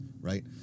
right